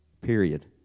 period